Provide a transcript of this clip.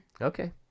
Okay